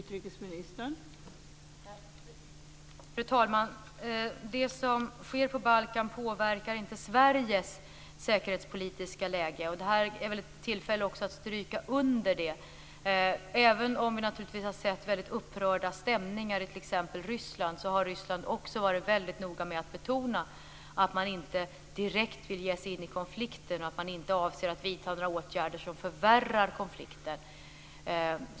Fru talman! Det som sker på Balkan påverkar inte Sveriges säkerhetspolitiska läge. Detta är ett tillfälle att stryka under det. Vi har sett mycket upprörda stämningar i t.ex. Ryssland. Men Ryssland har också varit mycket noga med att betona att man inte direkt vill ge sig in i konflikten och att man inte avser att vidta några åtgärder som förvärrar konflikten.